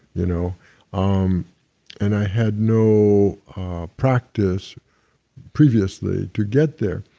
you know um and i had no practice previously to get there,